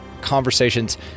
conversations